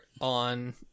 on